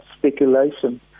Speculation